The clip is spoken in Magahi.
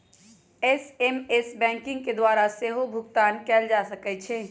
एस.एम.एस बैंकिंग के द्वारा सेहो भुगतान कएल जा सकै छै